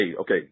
okay